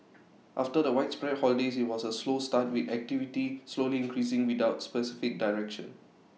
after the widespread holidays IT was A slow start with activity slowly increasing without specific direction